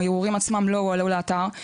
הערעורים עצמם לא הועלו לאתר.